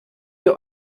ihr